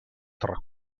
tra